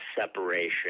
separation